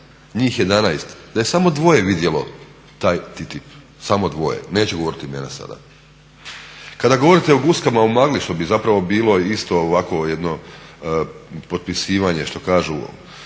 njih 11 da je samo dvoje vidjelo taj TTIP, samo dvoje, neću govoriti imena sada. Kada govorite o guskama u magli što bi bilo isto ovako jedno potpisivanje što kažu bjanko